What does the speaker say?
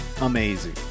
amazing